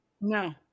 No